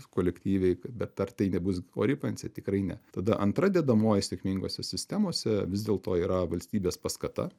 kolektyviai bet ar tai nebus ori pensija tikrai ne tada antra dedamoji sėkmingose sistemose vis dėlto yra valstybės paskata